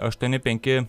aštuoni penki